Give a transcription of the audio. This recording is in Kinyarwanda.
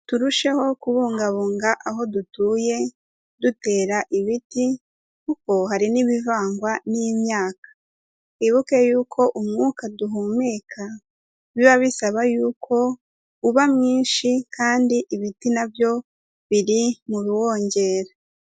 Turusheho kubungabunga aho dutuye, dutera ibiti kuko hari n'ibivangwa n'imyaka. Twibuke yuko umwuka duhumeka biba bisaba yuko uba mwinshi kandi ibiti na byo biri mu biwongera.